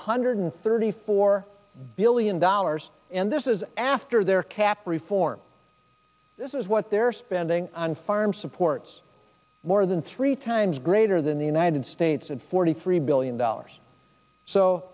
hundred thirty four billion dollars and this is after their cap reform this is what they're spending on farm supports more than three times greater than the united states at forty three billion dollars so